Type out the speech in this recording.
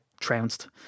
trounced